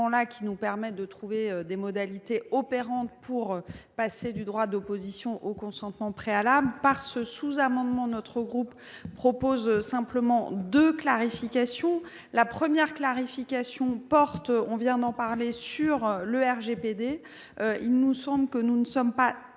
puisqu’ils nous permettent de trouver des modalités opérantes pour passer du droit d’opposition au consentement préalable. Par ce sous amendement, notre groupe propose simplement deux clarifications. La première porte sur le RGPD. Il nous semble que nous ne sommes pas